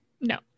No